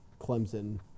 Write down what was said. Clemson